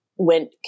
went